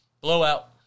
Blowout